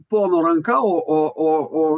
pono ranka o o o o